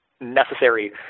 necessary